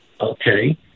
Okay